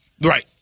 Right